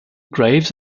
graves